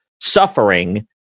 suffering